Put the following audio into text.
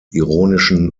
ironischen